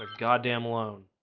ah goddamn alone